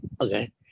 Okay